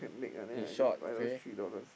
in short okay